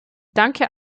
danke